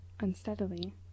unsteadily